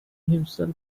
himself